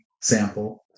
sample